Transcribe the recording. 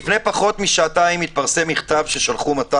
לפני פחות משעתיים התפרסם מכתב ששלחו 200